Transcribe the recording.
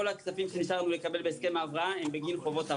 כל הכספים שנשאר לנו לקבל בהסכם ההבראה הם בגין חובות עבר.